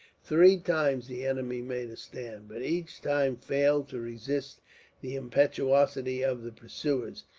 three times the enemy made a stand, but each time failed to resist the impetuosity of the pursuers,